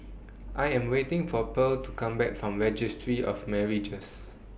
I Am waiting For Pearle to Come Back from Registry of Marriages